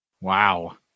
Wow